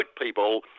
people